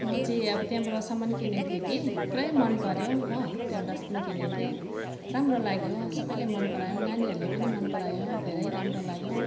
म चाहिँ अब त्यहाँबाट सामान किनेको थिएँ कि पुरै मन पर्यो हो त्यो डस्टबिन किनेको थिएँ राम्रो लाग्यो सबैले मन परायो नानीहरूले पनि मन परायो धेरै राम्रो लाग्यो